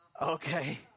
Okay